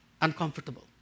Uncomfortable